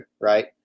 right